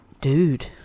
dude